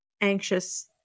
anxious